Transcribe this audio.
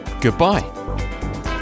goodbye